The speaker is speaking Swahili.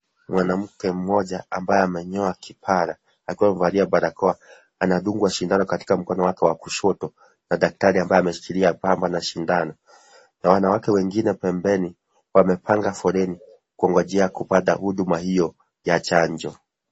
Mwanamke mmoja ambaye amenyoa kipara akiwa amevalia barakoa anadungwa shindano katika mkono wake wa kushoto na daktari ambaye ameshikilia pamba na shindano, na wanawake wengine pembeni wanapanga foleni kugojea kupata huduma hio ya chanjo.